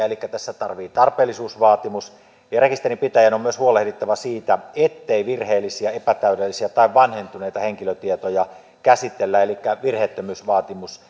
elikkä tässä tarvitaan tarpeellisuusvaatimus ja rekisterinpitäjän on myös huolehdittava siitä ettei virheellisiä epätäydellisiä tai vanhentuneita henkilötietoja käsitellä elikkä myöskin virheettömyysvaatimus